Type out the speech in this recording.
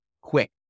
quick